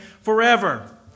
forever